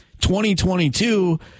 2022